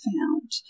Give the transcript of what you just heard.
found